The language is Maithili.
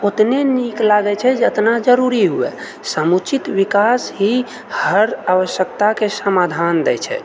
ओतने नीक लागए छै जेतना जरूरी होइत समुचित विकास ही हर आवश्यकताके समाधान दए छै